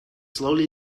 slowly